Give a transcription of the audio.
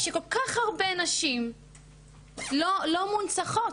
כשכל-כך הרבה נשים לא מונצחות.